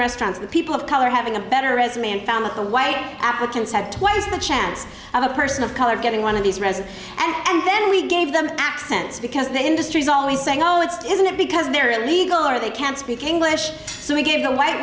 restaurants and people of color having a better resume and found that the white applicants had twice the chance of a person of color getting one of these rez and then we gave them accents because the industry's always saying oh it's isn't it because they're illegal or they can't speak english so we gave the white